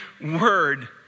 word